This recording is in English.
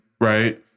right